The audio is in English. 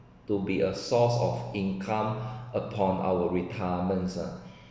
to be a source of income upon our retirements ah